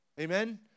amen